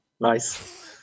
Nice